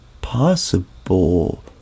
possible